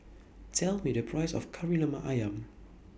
Tell Me The Price of Kari Lemak Ayam